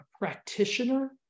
practitioner